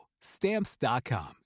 Stamps.com